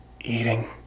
eating